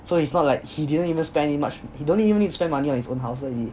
so it's not like he didn't even spend any much he don't even need to spend money on his own house lor he